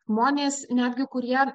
žmonės netgi kurie